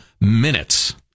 minutes